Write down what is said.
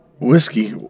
whiskey